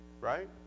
Right